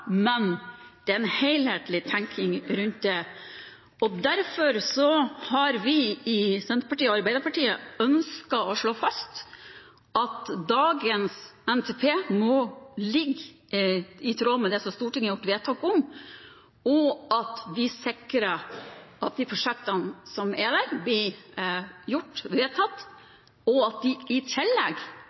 men det er en helhetlig tenkning rundt det. Derfor har vi i Senterpartiet og Arbeiderpartiet ønsket å slå fast at dagens NTP må ligge i tråd med det Stortinget har gjort vedtak om, og at vi sikrer at de prosjektene som er der, blir gjort – vedtatt – og i tillegg at Stortinget får mulighet til å være med i